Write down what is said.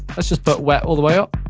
let's just put wet all the way up.